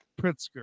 Pritzker